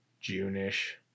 June-ish